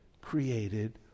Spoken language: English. created